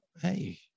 hey